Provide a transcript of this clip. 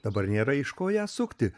dabar nėra iš ko ją sukti